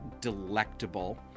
delectable